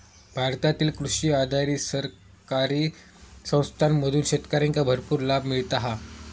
भारतातील कृषी आधारित सहकारी संस्थांमधून शेतकऱ्यांका भरपूर लाभ मिळता हा